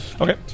Okay